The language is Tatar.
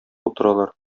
утыралар